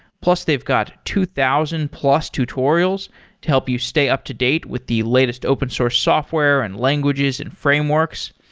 plus they've got two thousand plus tutorials to help you stay up to-date with the latest open source software and languages and frameworks.